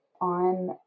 on